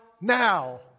now